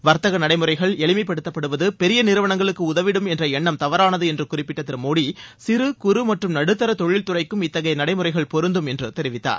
வர்த்தக நடைமுறைகள் எளிமைப்படுத்தப்படுவது பெரிய நிறுவனங்களுக்கு உதவிடும் என்ற எண்ணம் தவறானது என்று குறிப்பிட்ட திரு மோடி சிறு குறு மற்றும் நடுத்தர தொழில்துறைக்கும் இத்தகைய நடைமுறைகள் பொருந்தும் என்று தெரிவித்தார்